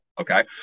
okay